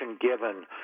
given